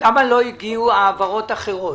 הגיעו העברות אחרות?